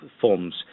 forms